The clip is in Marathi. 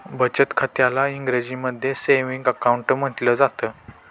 बचत खात्याला इंग्रजीमध्ये सेविंग अकाउंट म्हटलं जातं